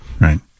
right